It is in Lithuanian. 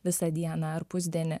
visą dieną ar pusdienį